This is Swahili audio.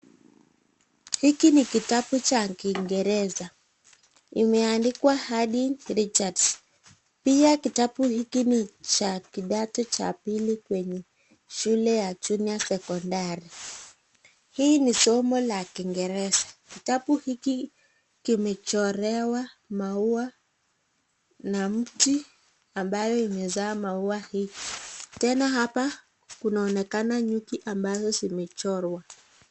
Hiki ni kitabu cha Kiingereza. Kimeandikwa Haydn Richards. Pia kitabu hiki ni cha kidato cha pili kwenye shule ya junior secondary . Hii ni somo la Kiingereza. Kitabu hiki kimechorewa maua na mti ambayo imezaa maua hii. Tena hapa kunaonekana nyuki ambazo zimechorwa.